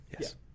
Yes